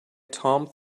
tom